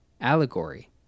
allegory